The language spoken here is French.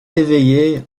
éveillé